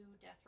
death